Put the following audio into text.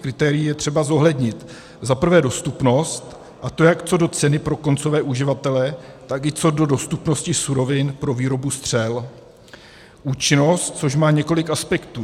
U kritérií je třeba zohlednit za prvé dostupnost, a to jak co do ceny pro koncové uživatele, tak i co do dostupnosti surovin pro výrobu střel, za druhé účinnost, což má několik aspektů: